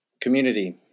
community